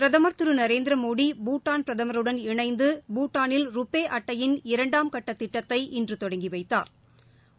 பிரதம் திரு நரேந்திரமோடி பூட்டான் பிரதமருடன் இணைந்து பூட்டானில் ருபே அட்டையின் இரண்டாம் கட்டத் திட்டத்தை இன்று தொடங்கி வைத்தாா்